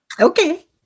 Okay